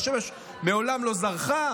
והשמש מעולם לא זרחה,